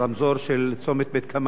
האם הכוונה היא,